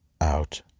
out